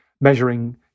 measuring